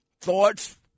thoughts